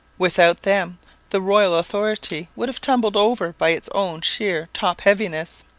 without them the royal authority would have tumbled over by its own sheer top-heaviness.